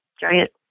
giant